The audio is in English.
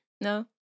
No